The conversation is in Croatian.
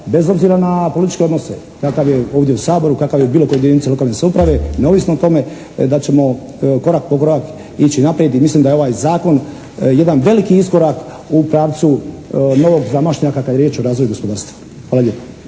bez obzira na političke odnose, kakav je ovdje u Saboru, kakav je u bilo kojoj jedinici lokalne samouprave neovisno o tome da ćemo korak po korak ići naprijed i mislim da je ovaj Zakon jedan veliki iskorak u pravcu novog … /Govornik se ne razumije./ … kada je riječ o razvoju gospodarstva. Hvala lijepa.